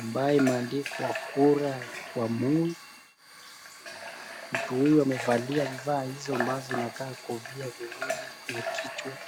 ambaye imeandikwa kura kwa Moi mtu huyu amevalia vifaa hizo ambazo zinakaa kofia viwili kwenye kichwa.